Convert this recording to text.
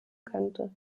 könnte